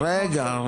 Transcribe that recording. רגע.